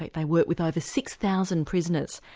they work with over six thousand prisoners,